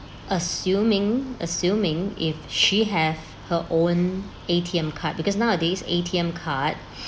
assuming assuming if she have her own A_T_M card because nowadays A_T_M card